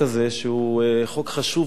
שהוא חוק חשוב ומבורך.